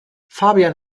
fabian